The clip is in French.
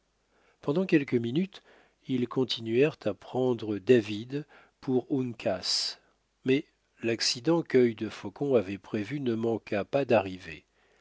pendant quelques minutes il continuèrent à prendre david pour uncas mais l'accident quœil de faucon avait prévu ne manqua pas d'arriver